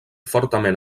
fortament